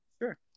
Sure